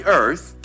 earth